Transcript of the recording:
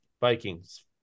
Vikings